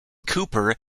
cooper